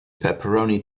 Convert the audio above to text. pepperoni